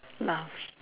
laugh